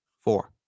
Four